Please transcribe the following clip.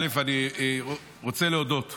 אני רוצה להודות באמת,